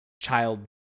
child